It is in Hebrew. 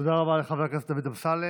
תודה רבה לחבר הכנסת דוד אמסלם.